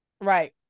Right